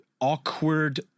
awkward